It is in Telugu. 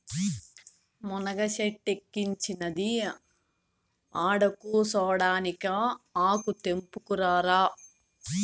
మునగ సెట్టిక్కించినది ఆడకూసోడానికా ఆకు తెంపుకుని రారా